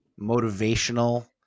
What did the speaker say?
motivational